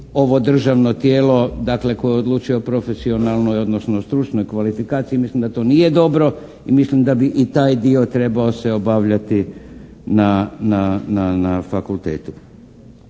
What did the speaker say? ovo državno tijelo, dakle koje odlučuje o profesionalnoj odnosno stručnoj kvalifikaciji. Mislim da to nije dobro i mislim da bi i taj dio trebao se obavljati na fakultetu.